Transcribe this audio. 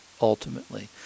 ultimately